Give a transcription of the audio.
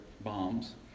bombs